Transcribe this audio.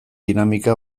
dinamika